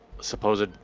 supposed